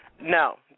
No